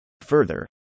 Further